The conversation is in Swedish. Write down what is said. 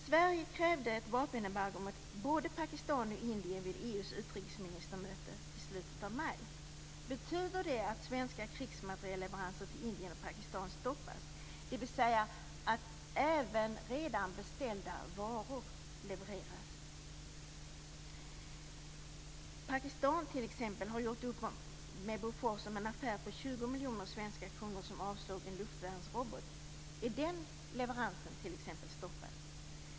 Sverige krävde ett vapenembargo mot både Pakistan och Indien vid EU:s utrikesministermöte i slutet av maj. Betyder det att svenska krigsmaterielleveranser till Indien och Pakistan stoppas, dvs. att även redan beställda varors leverans stoppas? Pakistan har t.ex. gjort upp med Bofors om en affär på 20 miljoner kronor som avsåg en luftvärnsrobot. Är t.ex. den leveransen stoppad?